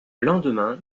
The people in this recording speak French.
lendemain